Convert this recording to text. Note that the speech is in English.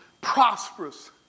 prosperous